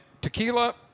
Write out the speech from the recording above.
tequila